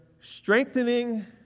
strengthening